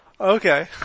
Okay